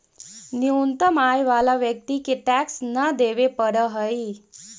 न्यूनतम आय वाला व्यक्ति के टैक्स न देवे पड़ऽ हई